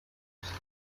christ